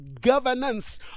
governance